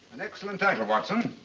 an excellent title, watson,